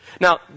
Now